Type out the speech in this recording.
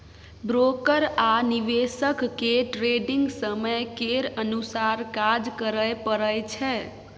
broker आ निवेशक केँ ट्रेडिग समय केर अनुसार काज करय परय छै